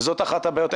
וזאת אחת הבעיות.